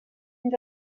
fins